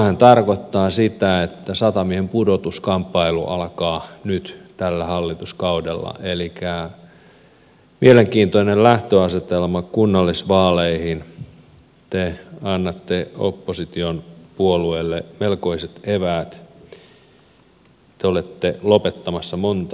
tämähän tarkoittaa sitä että satamien pudotuskamppailu alkaa nyt tällä hallituskaudella elikkä mielenkiintoinen lähtöasetelma kunnallisvaaleihin te annatte opposition puolueille melkoiset eväät te olette lopettamassa monta satamaa